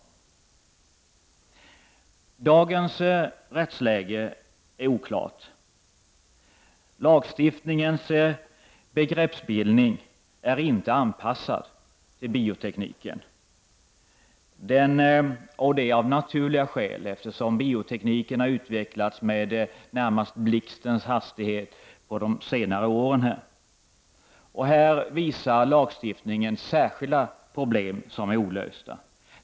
Dagens rättsläge är oklart. Lagstiftningens begreppsbildning är inte anpassad till biotekniken — av naturliga skäl, eftersom biotekniken har utvecklats med närmast blixtens hastighet på de senare åren. Här visar lagstiftningen särskilda problem som är olösta.